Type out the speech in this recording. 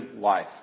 Life